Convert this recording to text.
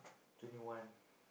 twenty one